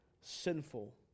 sinful